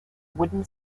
wooden